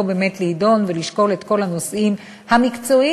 באמת לדון ולשקול את כל הנושאים המקצועיים,